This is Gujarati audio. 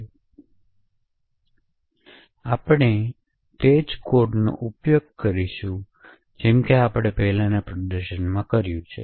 તેથી આપણે તે જ કોડનો ઉપયોગ કરીશું જેમ કે આપણે પહેલાનું પ્રદર્શન કર્યું છે